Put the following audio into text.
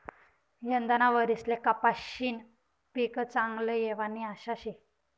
यंदाना वरीसले कपाशीनं पीक चांगलं येवानी आशा शे